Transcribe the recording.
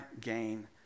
gain